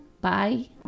Bye